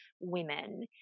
women